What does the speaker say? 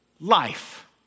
life